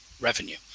revenue